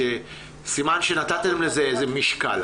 סימן שנתתם לזה איזה משקל.